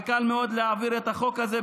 וקל מאוד להעביר את החוק הזה,